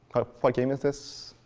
what game is this?